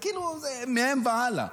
וכאילו זה מהם והלאה,